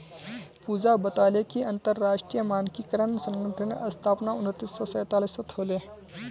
पूजा बताले कि अंतरराष्ट्रीय मानकीकरण संगठनेर स्थापना उन्नीस सौ सैतालीसत होले